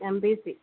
MPC